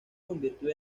convirtió